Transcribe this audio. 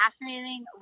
fascinating